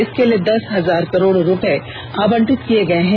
इसके लिए दस हजार करोड रूपये आवंटित किये गये हैं